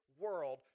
world